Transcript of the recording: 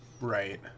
right